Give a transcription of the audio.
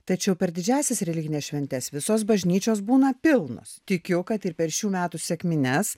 tačiau per didžiąsias religines šventes visos bažnyčios būna pilnos tikiu kad ir per šių metų sekmines